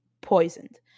poisoned